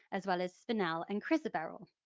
as well as spinel and chrysoberyl.